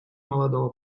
молодого